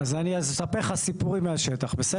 אז אני אספר לך סיפורים מהשטח, בסדר?